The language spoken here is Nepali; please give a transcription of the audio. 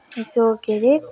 यसो के अरे